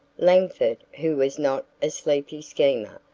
langford, who was not a sleepy schemer,